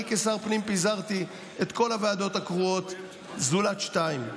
אני כשר פנים פיזרתי את כל הוועדות הקרואות זולת שתיים.